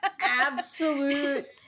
absolute